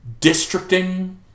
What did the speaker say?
districting